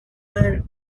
were